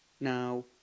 Now